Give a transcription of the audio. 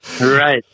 Right